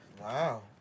Wow